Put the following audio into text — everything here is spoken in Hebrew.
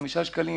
חמישה שקלים.